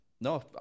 no